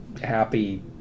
happy